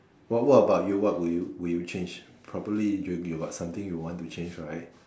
what what about you what would you would you change probably you got something you want to change right